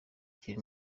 kiri